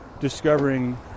Discovering